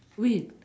wait